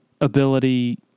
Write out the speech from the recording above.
ability